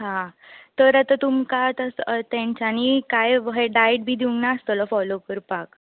हां तर आतां तुमकां आतां तांच्यानी कांय डायट बी दिवना आसतलो फोलो करपाक